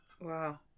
Wow